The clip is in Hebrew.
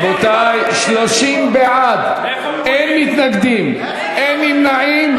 רבותי, 30 בעד, אין מתנגדים, אין נמנעים.